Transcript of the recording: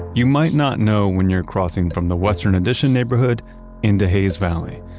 you might not know when you're crossing from the western addition neighborhood into hayes valley,